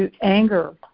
anger